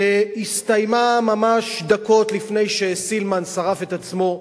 שהסתיימה ממש דקות לפני שסילמן שרף את עצמו,